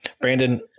Brandon